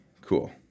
Cool